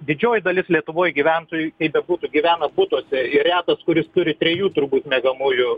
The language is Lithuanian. didžioji dalis lietuvoj gyventojų kaip bebūtų gyvena butuose retas kuris turi trijų turbūt miegamųjų